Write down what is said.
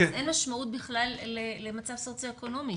אין משמעות בכלל למצב סוציו אקונומי.